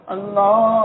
Allah